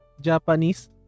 Japanese